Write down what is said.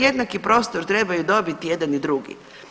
Jednaki prostor trebaju dobiti jedan i drugi.